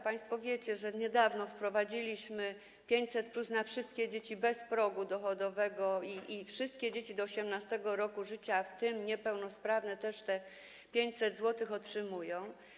Państwo wiecie, że niedawno wprowadziliśmy 500+ na wszystkie dzieci bez progu dochodowego i wszystkie dzieci do 18. roku życia, w tym niepełnosprawne, te 500 zł otrzymują.